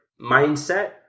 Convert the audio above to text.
mindset